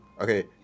Okay